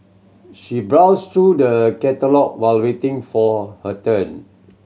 she brows through the catalogue while waiting for her turn